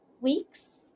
weeks